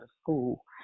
school